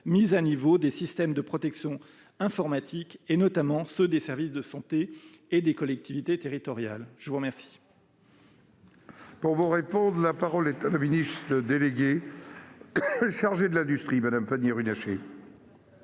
mise à niveau des systèmes de protection informatiques, notamment des services de santé et des collectivités territoriales ? La parole